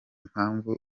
mpamvu